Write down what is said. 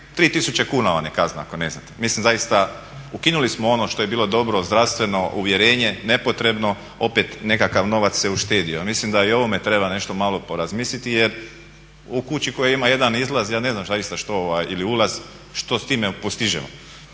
3000 kuna vam je kazna ako ne znate. Mislim zaista, ukinuli smo ono što je bilo dobro zdravstveno uvjerenje nepotrebno. Opet nekakav novac se uštedio. Mislim da i o ovome treba nešto malo porazmisliti, jer u kući u koja ima jedan izlaz ja ne znam zaista što ili ulaz što s time postižemo.